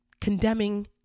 condemning